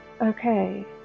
Okay